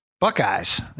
Buckeyes